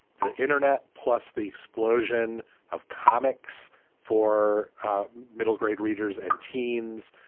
the internet, plus the explosion of comics for middle grade readers and teens,